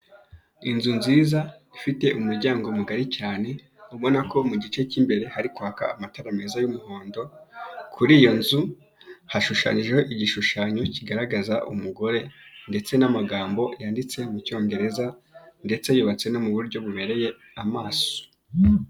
Inzu nziza ifite umuryango mugari cyane ubona ko mu gice cy'imbere hari kwakwa amatara meza y'umuhondo, kuri iyo nzu hashushanyijeho igishushanyo kigaragaza umugore ndetse n'amagambo yanditse mu cyongereza ndetse yubatse no mu buryo bubereye amaso.